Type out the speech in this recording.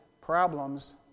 problems